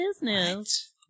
business